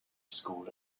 school